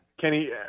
Kenny